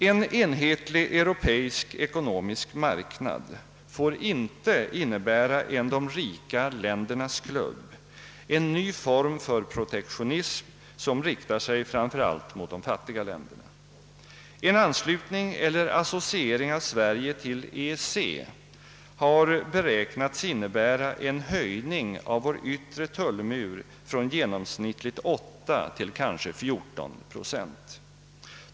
En enhetlig europeisk ekonomisk marknad får inte innebära en de rika ländernas klubb, en ny form för protektionism som riktar sig framför allt mot de fattiga länderna. En anslutning eller associering av Sverige till EEC har beräknats innebära en höjning av vår yttre tullmur från genomsnittligt 8 till kanske 14 procent.